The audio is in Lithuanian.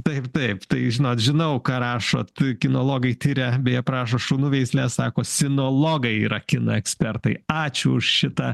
taip taip tai žinot žinau ką rašot kinologai tiria bei aprašo šunų veisles sako sinologai yra kinų ekspertai ačiū už šitą